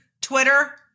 Twitter